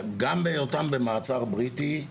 גם בהיותך במעצר בריטי,